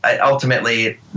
ultimately